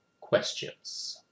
questions